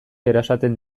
erasaten